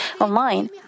online